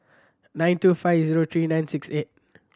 nine two five zero three nine six eight